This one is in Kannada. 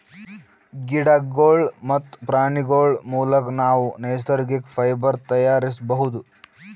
ಗಿಡಗೋಳ್ ಮತ್ತ್ ಪ್ರಾಣಿಗೋಳ್ ಮುಲಕ್ ನಾವ್ ನೈಸರ್ಗಿಕ್ ಫೈಬರ್ ತಯಾರಿಸ್ಬಹುದ್